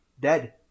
dead